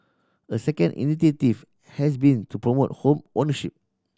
a second initiative has been to promote home ownership